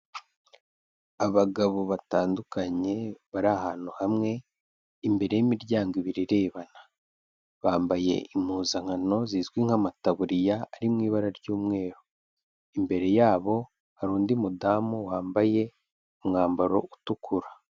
Abagabo batandukanye bari ahantu hamwe imbere y'imiryango ibiri irebana, bambaye impuzankano zizwi nk'amataburiya ari mu ibara ry'umweru, imbere yabo hari undi mudamu wambaye umwambaro utukura.